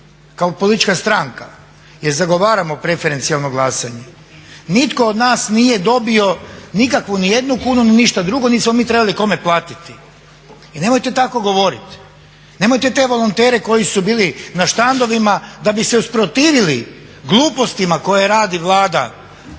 kao politička stranka, jer zagovaramo preferencijalno glasanje. Nitko od nas nije dobio nikakvu ni jednu kunu ni ništa drugo, niti smo mi trebali kome platiti. I nemojte tako govoriti. Nemojte te volontere koji su bili na štandovima da bi se usprotivili glupostima koje radi Vlada